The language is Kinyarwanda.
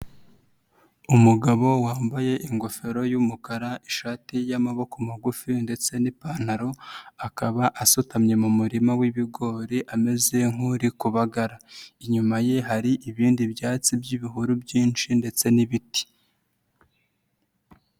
Umugabo wambaye ingofero y'umukara, ishati y'amaboko magufi ndetse n'ipantaro, akaba asutamye mu murima w'ibigori ameze nk'uri kubagara, inyuma ye hari ibindi byatsi by'ibihuru byinshi ndetse n'ibiti.